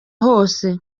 hose